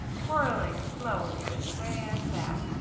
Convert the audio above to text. whirling slowly this way and that,